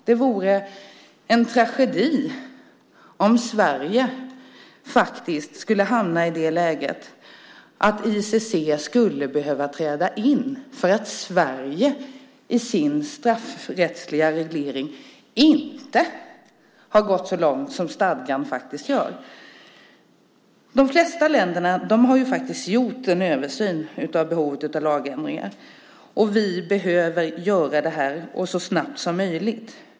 Det vore en tragedi om Sverige skulle hamna i läget att ICC skulle behöva träda in för att Sverige i sin straffrättsliga reglering inte har gått så långt som stadgan gör. De flesta länder har gjort en översyn av behovet av lagändringar, och vi behöver göra det här så snabbt som möjligt.